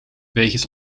wegens